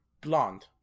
blonde